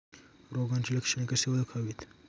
रोगाची लक्षणे कशी ओळखावीत?